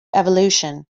evolution